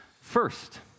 First